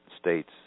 states